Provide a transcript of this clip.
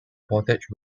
portage